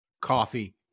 coffee